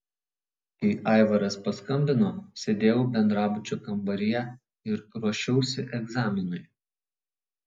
kai aivaras paskambino sėdėjau bendrabučio kambaryje ir ruošiausi egzaminui